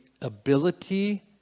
ability